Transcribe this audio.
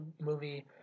movie